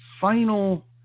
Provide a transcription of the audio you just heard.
final